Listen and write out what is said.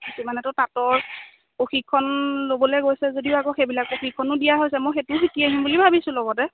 কিমানেতো তাঁতৰ প্ৰশিক্ষণ ল'বলে গৈছে যদিও আকৌ সেইবিলাক প্ৰশিক্ষণো দিয়া হৈছে মই সেইটোও শিকি আহিম বুলি ভাবিছোঁ লগতে